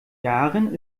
yaren